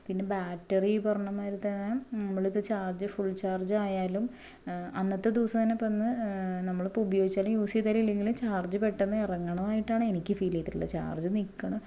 പിന്നെ ബാറ്ററി പറഞ്ഞ മാതിരിത്തെ നമ്മൾ ഇത് ചാർജ് ഫുൾ ചാർജ് ആയാലും അന്നത്തെ ദിവസം തന്നെ ഇപ്പോൾ ഇന്ന് നമ്മൾ ഇപ്പോൾ ഉപയോഗിച്ചാലും യൂസ് ചെയ്താലും ഇല്ലെങ്കിലും ചാർജ് പെട്ടെന്ന് ഇറങ്ങണതായിട്ടാണ് എനിക്ക് ഫീൽ ചെയ്തത് ചാർജ് നിക്കണ